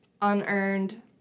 unearned